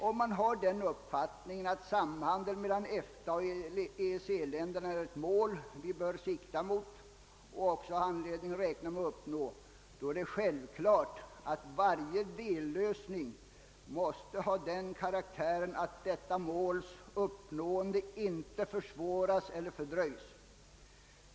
Om man har uppfattningen att samarbetet mellan EEC och EFTA-länderna är ett mål som vi bör sikta mot och också har anledning räkna med att uppnå, är det självklart att varje dellösning måste ha den karaktären att detta måls uppnående inte försvåras eller fördröjs.